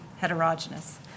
heterogeneous